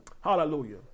Hallelujah